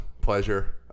Pleasure